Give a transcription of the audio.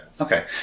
okay